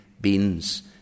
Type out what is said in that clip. beans